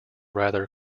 rather